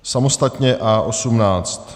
Samostatně A18.